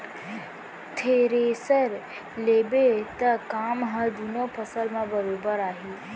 thresher लेबे त काम ह दुनों फसल म बरोबर आही